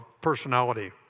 personality